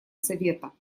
совета